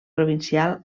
provincial